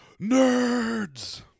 Nerds